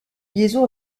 liaison